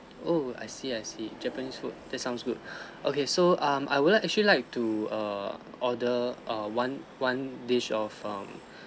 oh I see I see japanese food that sounds good okay so um I would like actually like to err order uh one one dish of um